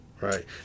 right